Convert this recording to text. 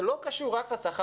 זה לא קשור רק לשכר,